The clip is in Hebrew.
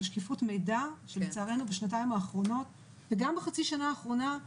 שקיפות מידע שלצערנו בשנתיים האחרונות וגם בחצי השנה האחרונה,